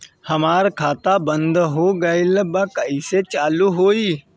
हमार खाता बंद हो गइल बा कइसे चालू होई?